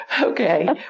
Okay